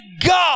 God